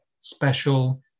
special